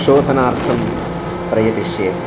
शोधनार्थं प्रयतिष्ये